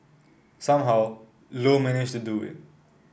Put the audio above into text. somehow Low managed to do it